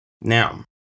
Now